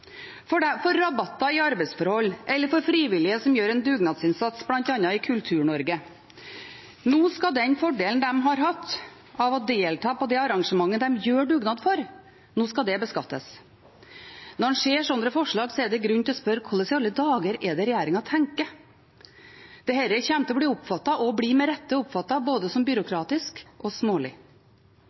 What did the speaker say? skattemessige tellekanter for rabatter i arbeidsforhold eller for frivillige som gjør en dugnadsinnsats, bl.a. i Kultur-Norge. Nå skal den fordelen de har hatt av å delta på det arrangementet de gjør dugnad for, beskattes. Når en ser slike forslag, er det grunn til å spørre hvordan i alle dager regjeringen tenker. Dette kommer til å bli oppfattet – med rette – som både byråkratisk og smålig.